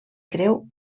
creu